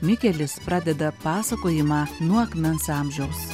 mikelis pradeda pasakojimą nuo akmens amžiaus